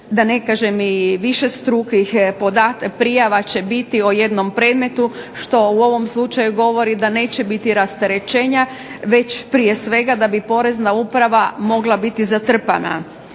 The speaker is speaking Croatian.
da ne kažem i višestrukih prijava će biti o jednom predmetu, što u ovom slučaju govori da neće biti rasterećenja, već prije svega da bi porezna uprava mogla biti zatrpana.